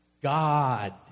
God